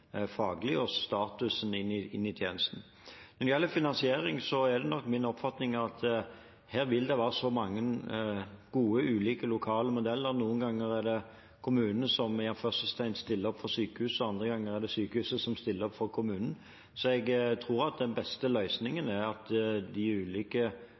faglig og statusen i tjenesten. Når det gjelder finansiering, er det nok min oppfatning at her vil det være så mange gode, ulike lokale modeller – noen ganger er det kommunen som «stiller opp» for sykehuset, andre ganger er det sykehuset som «stiller opp» for kommunen – at jeg tror den beste løsningen er at de ulike